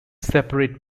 separate